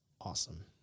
awesome